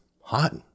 hot